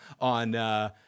on –